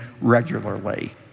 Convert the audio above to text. regularly